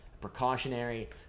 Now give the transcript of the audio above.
precautionary